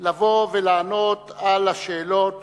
לבוא ולענות על השאלות